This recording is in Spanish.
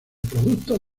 productos